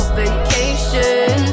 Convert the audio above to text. vacation